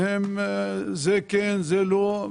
זה כן, זה לא.